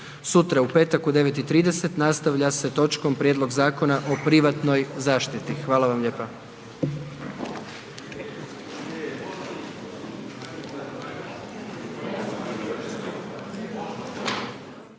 Sutra u petak u 9,30 nastavlja se točkom Prijedlog Zakona o privatnoj zaštiti. Hvala vam lijepa.